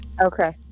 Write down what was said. Okay